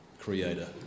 creator